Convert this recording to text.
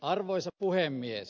arvoisa puhemies